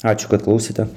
ačiū kad klausėte